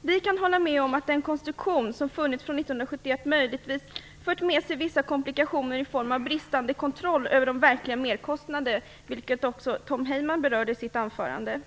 Vi kan hålla med om att den konstruktion som funnits sedan 1971 möjligtvis fört med sig vissa komplikationer i form av bristande kontroll av de verkliga merkostnaderna, vilket också Tom Heyman berörde i sitt anförande.